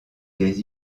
des